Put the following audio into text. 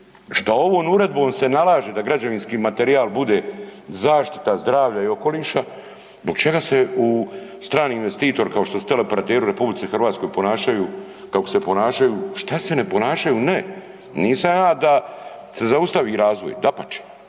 šta ovom uredbom se nalaže da građevinski materijal bude zaštita zdravlja i okoliša, zbog čega se u strani investitor kao što se teleoperateri u RH ponašaju kako se ponašaju, šta se ne ponašaju, ne nisam ja da se zaustavi razvoj, dapače,